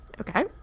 Okay